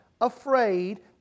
afraid